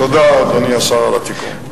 תודה, אדוני השר, על התיקון.